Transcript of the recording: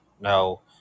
no